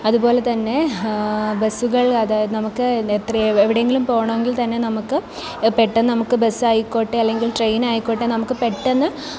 അതുപോലെ തന്നെ ബസുകള് അതായത് നമുക്ക് എത്ര എവിടെ എങ്കിലും പോകണമെ ങ്കില് തന്നെ നമ്മൾക്ക് പെട്ടെന്ന് നമ്മൾക്ക് ബസ് ആയിക്കോട്ടെ അല്ലെങ്കില് ട്രെയിൻ ആയിക്കോട്ടെ നമ്മൾക്ക് പെട്ടെന്ന്